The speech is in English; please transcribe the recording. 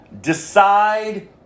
Decide